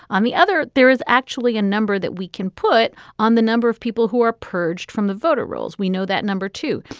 on the other, there is actually a number that we can put on the number of people who are purged from the voter rolls. we know that number two,